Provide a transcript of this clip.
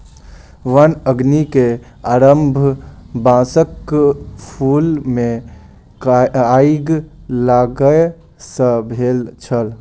वन अग्नि के आरम्भ बांसक फूल मे आइग लागय सॅ भेल छल